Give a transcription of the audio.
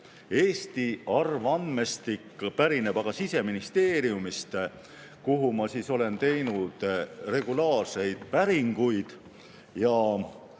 Eesti arvandmestik pärineb aga Siseministeeriumist, kuhu ma olen teinud regulaarseid päringuid.